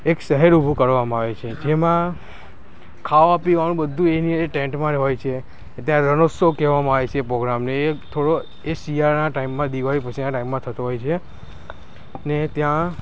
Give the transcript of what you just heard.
એક શહેર ઊભું કરવામાં આવ્યું છે જેમાં ખાવા પીવાનું બધું એની અંદર ટેન્ટમાં હોય છે ત્યાં રણોત્સવ કહેવામાં આવે છે પ્રોગ્રામને એ થોડો શિયાળાના ટાઈમમાં દિવાળી પછીના ટાઈમમાં થતો હોય છે ને ત્યાં